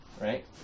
right